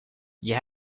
you